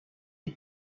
est